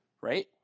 Right